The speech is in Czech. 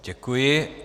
Děkuji.